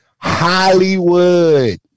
Hollywood